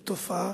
בתופעה,